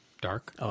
dark